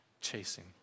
chasing